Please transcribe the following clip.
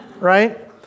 right